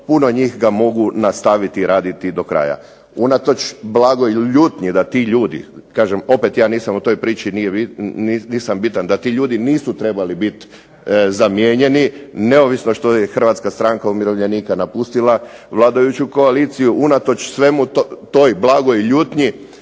puno njih ga mogu nastaviti raditi do kraja. Unatoč blagoj ljutnji da ti ljudi, kažem opet ja nisam u toj priči, nisam bitan, da ti ljudi nisu trebali biti zamijenjeni neovisno što je HSU-a napustila vladajuću koaliciju, unatoč svemu toj blagoj ljutnji,